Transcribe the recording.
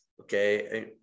Okay